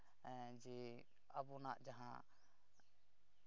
ᱦᱮᱸ ᱡᱮ ᱟᱵᱚᱱᱟᱜ ᱡᱟᱦᱟᱸ